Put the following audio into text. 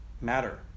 Matter